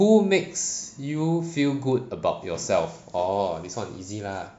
who makes you feel good about yourself orh this one easy lah